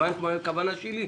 הבנת מה הכוונה שלי?